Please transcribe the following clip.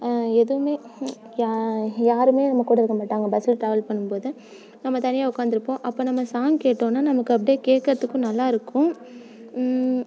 எதுவுமே யா யாருமே நம்ம கூட இருக்கமாட்டாங்க பஸ்ஸில் ட்ராவல் பண்ணும் போது நம்ம தனியாக உட்காந்துருப்போம் அப்போ நம்ம சாங் கேட்டோன்னா நமக்கு அப்படியே கேட்கறதுக்கு நல்லாயிருக்கும்